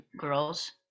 girls